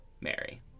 Mary